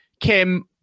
kim